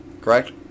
correct